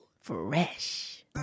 Fresh